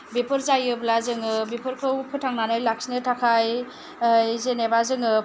बेफोर जायोब्ला जोङो बेफोरखौ फोथांनानै लाखिनो थाखाय जेनेबा जोङो